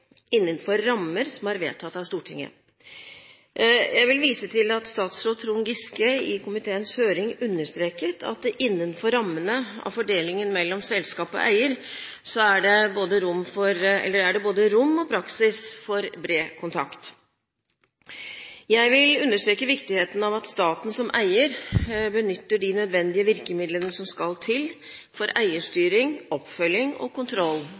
innenfor rammer som er vedtatt av Stortinget. Jeg vil vise til at statsråd Trond Giske i komiteens høring understreket at det innenfor rammene av fordelingen mellom selskap og eier er både rom og praksis for bred kontakt. Jeg vil understreke viktigheten av at staten som eier benytter de nødvendige virkemidlene som skal til for eierstyring, oppfølging og kontroll,